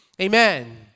Amen